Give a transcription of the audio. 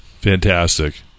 Fantastic